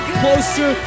closer